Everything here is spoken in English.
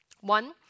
One